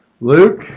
Luke